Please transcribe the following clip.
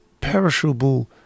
perishable